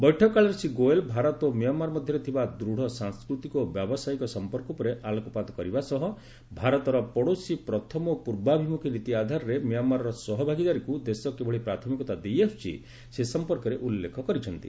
ବୈଠକ କାଳରେ ଶ୍ରୀ ଗୋଏଲ୍ ଭାରତ ଓ ମିଆଁମ୍ୟାର ମଧ୍ୟରେ ଥିବା ଦୂତ ସାଂସ୍କୃତିକ ଓ ବ୍ୟାବସାୟିକ ସମ୍ପର୍କ ଉପରେ ଆଲୋକପାତ କରିବା ସହ ଭାରତର ପଡୋଶୀ ପ୍ରଥମ ଓ ପ୍ରର୍ବାଭିମୁଖୀ ନୀତି ଆଧାରରେ ମିଆଁମାର ସହ ଭାଗିଦାରିକୁ ଦେଶ କିଭଳି ପ୍ରାଥମିକତା ଦେଇଆସୁଛି ସେ ସମ୍ପର୍କରେ ଉଲ୍ଲେଖ କରିଛନ୍ତି